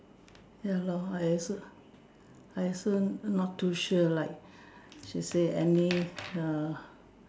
ya lor I also I also not too sure like she say any err